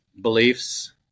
beliefs